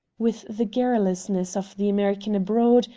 with the garrulousness of the american abroad,